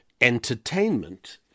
entertainment